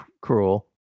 cruel